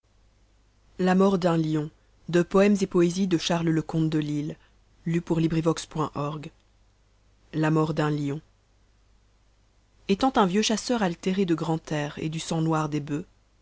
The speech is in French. les ttots t la mort d'un lion étant un vieux chasseur a tére de grand air et du sang noir des